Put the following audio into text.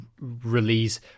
release